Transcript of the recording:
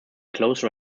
close